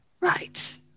Right